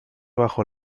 bajo